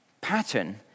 pattern